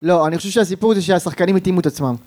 לא, אני חושב שהסיפור זה שהשחקנים התאימו את עצמם